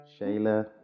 Shayla